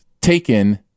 taken